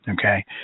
Okay